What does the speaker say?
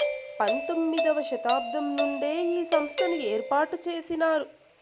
పంతొమ్మిది వ శతాబ్దం నుండే ఈ సంస్థను ఏర్పాటు చేసినారు